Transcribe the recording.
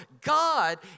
God